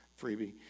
freebie